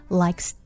likes